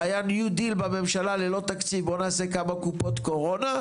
והיה new deal בממשלה ללא תקציב בואו נעשה כמה קופות קורונה,